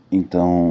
então